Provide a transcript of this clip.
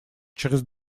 через